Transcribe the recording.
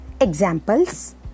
Examples